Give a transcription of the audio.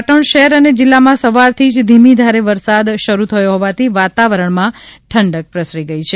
પાટણ શહેર અને જિલ્લામાં સવારથી જ ધીમી ધારે વરસાદ શરુ થયો હોવાથી વાતાવરણમાં ઠંડક પ્રસરી છે